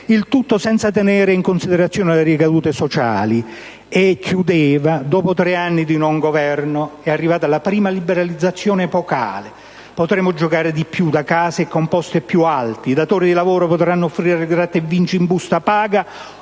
il tutto senza tenere in considerazione le ricadute sociali». E concludeva: «Dopo tre anni di non governo è arrivata la prima liberalizzazione epocale: potremmo giocare di più da casa e con poste più alte; i datori di lavoro potranno offrire il Gratta e Vinci in busta-paga